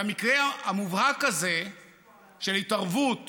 והמקרה המובהק הזה של התערבות